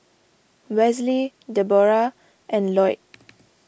Wesley Deborah and Loyd